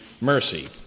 mercy